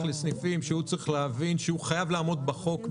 לסניפים ועליו להבין שהוא חייב לעמוד בחוק,